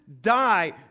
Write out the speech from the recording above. die